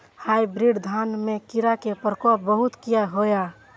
Hybrid धान में कीरा के प्रकोप बहुत किया होया?